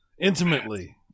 Intimately